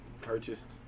purchased